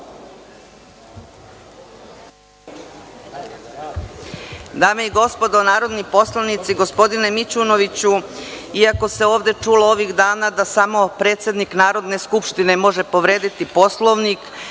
Dame i gospodo narodni poslanici, gospodine Mićunoviću, iako se ovde čulo ovih dana da samo predsednik Narodne skupštine može povrediti Poslovnik,